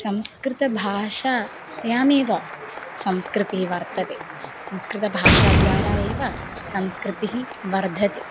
संस्कृतभाषा यामेव संस्कृतिः वर्तते संस्कृतभाषाद्वारा एव संस्कृतिः वर्धते